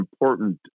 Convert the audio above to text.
important